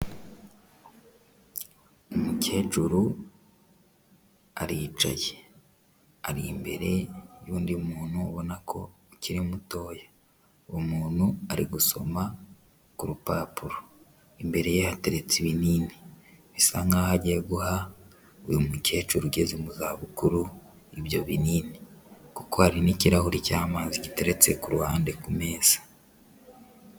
Umukecuru aricaye ari imbere y'undi muntu ubona ko akiri mutoya, uwo umuntu ari gusoma ku rupapuro, imbere ye hateretse ibinini bisa nkaho agiye guha uyu mukecuru ugeze mu za bukuru ibyo binini kuko hari n'ikirahuri cy'amazi giteretse ku ruhande kumeza.